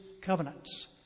covenants